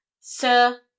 Sir